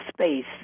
space